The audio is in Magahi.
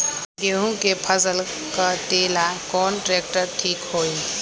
गेहूं के फसल कटेला कौन ट्रैक्टर ठीक होई?